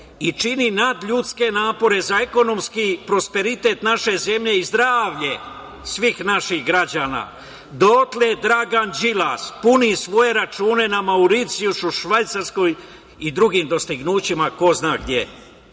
i čini nadljudske napore za ekonomski prosperitet naše zemlje i zdravlje svih naših građana, dotle Dragan Đilas puni svoje račune na Mauricijusu u Švajcarskoj i drugim dostignućima ko zna